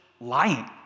lying